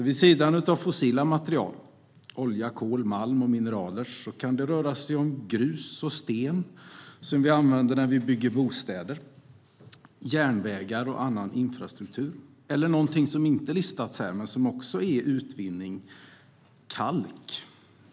Vid sidan av fossila material - olja, kol, malm och mineraler - kan det röra sig om grus och sten som vi använder när vi bygger bostäder, järnvägar och annan infrastruktur. Det kan även vara något som inte listas här men som också är utvinning, såsom kalk.